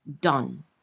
done